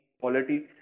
quality